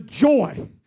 joy